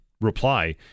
reply